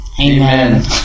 Amen